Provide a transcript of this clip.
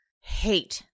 hate